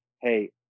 hey